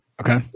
Okay